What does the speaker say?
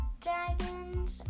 dragons